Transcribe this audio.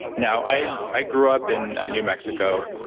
now, i i grew up in new mexico,